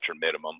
minimum